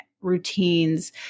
routines